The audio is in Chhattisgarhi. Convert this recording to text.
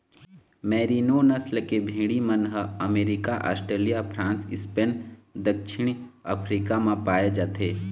मेरिनों नसल के भेड़ी मन ह अमरिका, आस्ट्रेलिया, फ्रांस, स्पेन, दक्छिन अफ्रीका म पाए जाथे